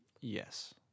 Yes